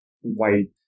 white